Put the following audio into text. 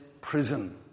prison